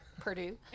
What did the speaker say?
Purdue